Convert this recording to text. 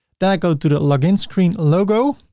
then i go to the login screen logo,